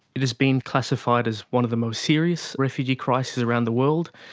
it has been classified as one of the most serious refugee crises around the world.